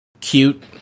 cute